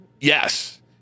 Yes